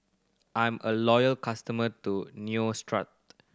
I'm a loyal customer to Neostrata